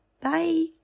bye